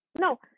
No